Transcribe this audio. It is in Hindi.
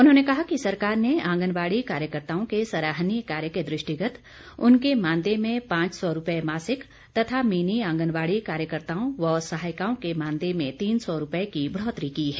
उन्होंने कहा कि सरकार ने आंगनबाड़ी कार्यकर्ताओं के सराहनीय कार्य के दृष्टिगत उनके मानदेय में पांच सौ रूपए मासिक तथा मिनी आंगनबाड़ी कार्यकर्ताओं और सहायिकाओं के मानदेय में तीन सौ रूपए की बढ़ौतरी की है